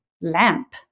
lamp